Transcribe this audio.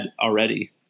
already